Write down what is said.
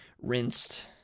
rinsed